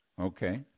Okay